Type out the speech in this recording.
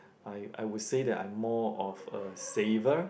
I I would say that I'm more of a saver